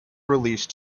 released